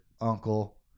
uncle